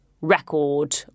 record